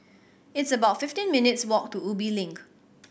it's about fifteen minutes' walk to Ubi Link